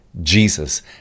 Jesus